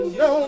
no